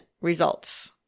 results